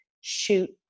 shoot